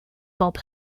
bob